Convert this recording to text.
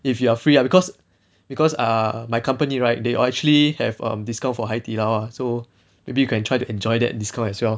if you are free ah because because err my company right they actually have um discount for Haidilao ah so maybe you can try to enjoy that discount as well